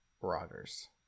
Rodgers